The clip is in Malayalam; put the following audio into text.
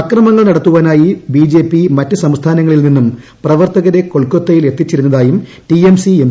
അക്രമങ്ങൾ നടത്തുവാനായി ബിജെപി മറ്റ് സംസ്സ്ഥാനങ്ങളിൽ നിന്നും പ്രവർത്തകരെ കൊൽക്കത്തയിൽ എത്തിച്ചിരുന്നതായും ടി എം സി എം